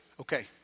Okay